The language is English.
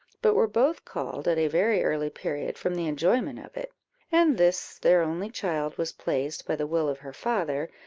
but were both called, at a very early period, from the enjoyment of it and this their only child was placed, by the will of her father,